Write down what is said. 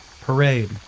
Parade